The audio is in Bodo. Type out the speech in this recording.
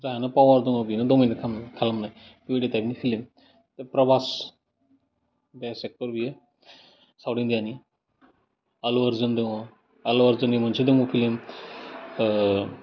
जायहानो फावार दङ बिनो दमिनेट खालामनाय खालामनाय बेबायदि थाइफनि फिलिम बे प्रभास बेस्ट एक्टर बियो साउथ इण्डियानि आलु अर्जुन दङ आलु अर्जुननि मोनसे दङ फिलिम